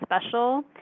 special